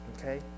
Okay